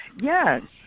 Yes